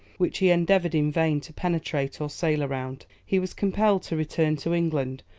which he endeavoured in vain to penetrate or sail round. he was compelled to return to england,